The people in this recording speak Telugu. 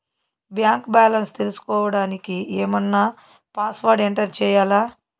బ్యాంకు బ్యాలెన్స్ తెలుసుకోవడానికి ఏమన్నా పాస్వర్డ్ ఎంటర్ చేయాలా?